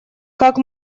как